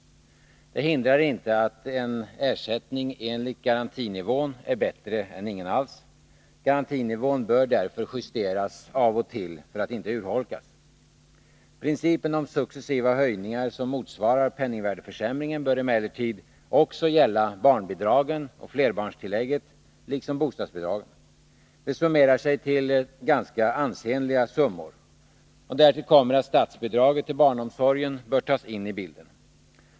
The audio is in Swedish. Det hindrar inte att en ersättning enligt garantinivån är bättre än ingen ersättning alls. För att inte urholkas bör därför garantinivån justeras av och till. Principen om successiva höjningar som motsvarar penningvärdeförsämringen bör emellertid också gälla barnbidragen och flerbarnstillägget, liksom bostadsbidragen. Det summerar sig till ganska ansenliga belopp. Därtill kommer att statsbidraget till barnomsorgen bör tas med i bilden.